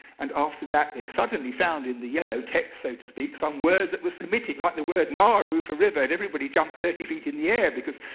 and after that, they suddenly found in the yellow text, so to speak, some words that were submitted, like the word naruum for river. and everybody jumped thirty feet in the air because,